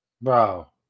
Bro